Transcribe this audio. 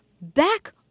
back